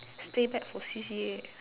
stay back for C_C_A